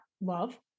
love